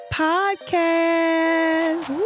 podcast